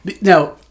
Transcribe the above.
Now